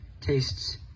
tastes